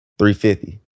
350